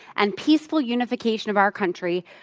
and peaceful unification of our country,